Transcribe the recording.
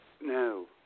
No